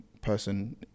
person